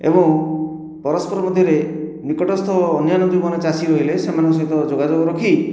ଏବଂ ପରସ୍ପର ମଧ୍ୟରେ ନିକଟସ୍ଥ ଅନ୍ୟାନ୍ୟ ଯେଉଁମାନେ ଚାଷୀ ରହିଲେ ସେମାନଙ୍କ ସହିତ ଯୋଗାଯୋଗ ରଖି